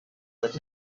with